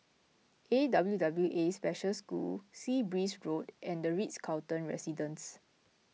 A W W A Special School Sea Breeze Road and the Ritz Carlton Residences